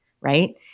right